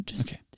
okay